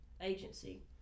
agency